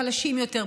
חלשים יותר,